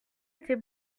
était